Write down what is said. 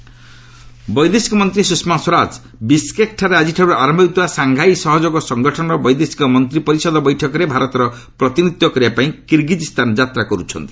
ସୁଷମା ସ୍ୱରାଜ ବୈଦେଶିକ ବ୍ୟାପାର ମନ୍ତ୍ରୀ ସୁଷମା ସ୍ୱରାଜ ବିଶ୍କେକ୍ଠାରେ ଆଜିଠାରୁ ଆରମ୍ଭ ହେଉଥିବା ସାଂଘାଇ ସହଯୋଗ ସଂଗଠନର ବୈଦେଶିକ ମନ୍ତ୍ରୀ ପରିଷଦ ବୈଠକରେ ଭାରତର ପ୍ରତିନିଧିତ୍ୱ କରିବା ପାଇଁ କିର୍ଗିକ୍ସ୍ଥାନ ଯାତ୍ନା କରୁଛନ୍ତି